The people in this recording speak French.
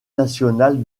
nationale